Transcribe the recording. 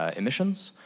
ah emissions.